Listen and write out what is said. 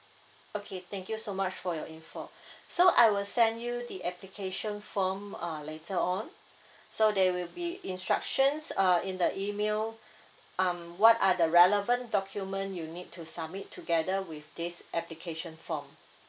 okay thank you so much for your info so I will send you the application form uh later on so there will be instructions uh in the email um what are the relevant document you need to submit together with this application form